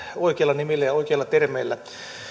oikeilla nimillä ja oikeilla termeillä